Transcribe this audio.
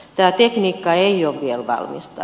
tämä tekniikka ei ole vielä valmista